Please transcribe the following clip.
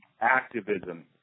Activism